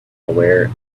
aware